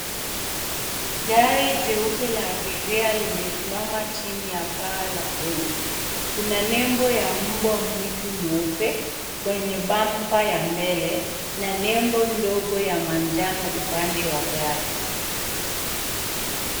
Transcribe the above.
Gari jeupe la abiria limesimama chini ya paa la jengo. Kuna nembo ya mbwa mwitu mweupe kwenye bamba ya mbele na nembo ndogo ya manjano upande wa gari.